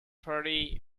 party